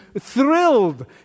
thrilled